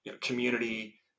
community